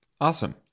Awesome